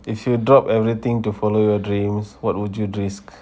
if you drop everything to follow your dreams what would you risk